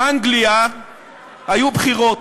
באנגליה היו בחירות,